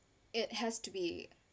it has to be